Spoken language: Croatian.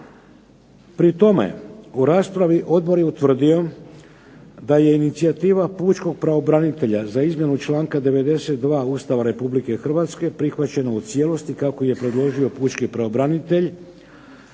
Pri tome u raspravi odbor je utvrdio da je inicijativa pučkog pravobranitelja za izmjenu članka 92. Ustava Republike Hrvatske prihvaćeno u cijelosti kako je predložio pučki pravobranitelj